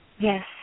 Yes